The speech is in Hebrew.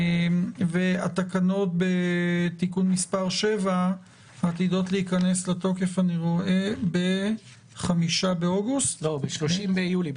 והתקנות בתיקון מס' 7 עתידות להיכנס לתוקף ב-30 ביולי,